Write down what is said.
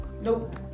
Nope